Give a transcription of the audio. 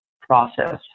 process